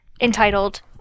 entitled